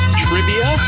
trivia